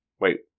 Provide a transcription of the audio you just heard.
Wait